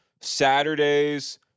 Saturdays